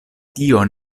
tio